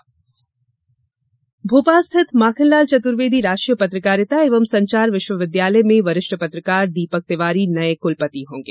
पत्रकारिता विवि भोपाल स्थित माखनलाल चतुर्वेदी राष्ट्रीय पत्रकारिता एवं संचार विश्वविद्यालय में वरिष्ठ पत्रकार दीपक तिवारी नए क्लपति होंगे